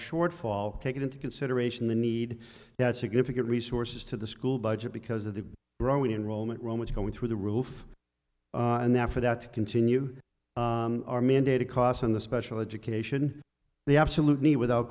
shortfall taking into consideration the need that significant resources to the school budget because of the growing enrollment romans going through the roof and there for that to continue are mandated costs on the special education the absolute need without